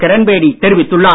கிரண் பேடி தெரிவித்துள்ளார்